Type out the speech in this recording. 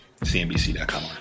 CNBC.com